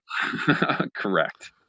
Correct